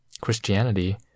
Christianity